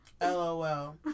lol